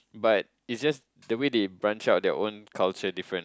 but it's just the way they branch out their own culture different